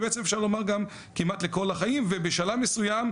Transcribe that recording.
ובעצם אפשר לומר כמעט לכל החיים ובשלב מסוים,